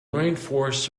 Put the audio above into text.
rainforests